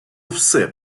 все